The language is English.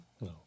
No